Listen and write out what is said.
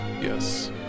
Yes